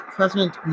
President